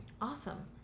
Awesome